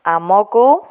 ଆମକୁ